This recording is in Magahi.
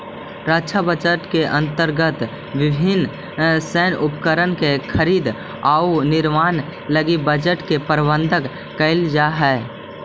रक्षा बजट के अंतर्गत विभिन्न सैन्य उपकरण के खरीद औउर निर्माण लगी बजट के प्रावधान कईल जाऽ हई